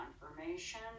confirmation